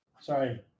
Sorry